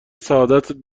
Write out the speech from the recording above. سعادتت